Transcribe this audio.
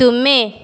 ତୁମେ